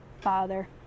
Father